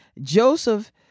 Joseph